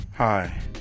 hi